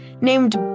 named